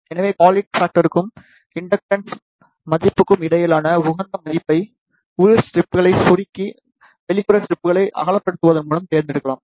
எனவே ஃகுவாலிட்டி பாக்டர்க்கும் இண்டக்டன்ஸ் மதிப்புக்கும் இடையிலான உகந்த மதிப்பை உள் ஸ்ட்ரெப்ஸ்களை சுருக்கி வெளிப்புற ஸ்ட்ரெப்ஸ்களை அகலப்படுத்துவதன் மூலம் தேர்ந்தெடுக்கலாம்